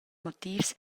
motivs